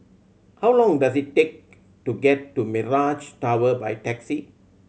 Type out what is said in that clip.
how long does it take to get to Mirage Tower by taxi